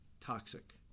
toxic